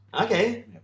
Okay